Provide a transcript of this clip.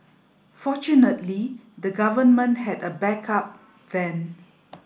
fortunately the government had a back up then